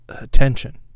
attention